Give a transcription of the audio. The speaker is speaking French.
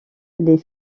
les